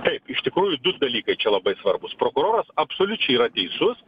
taip iš tikrųjų du dalykai čia labai svarbus prokuroras absoliučiai yra teisus